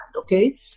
okay